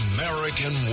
American